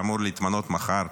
שאמור להתמנות מחר